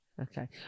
Okay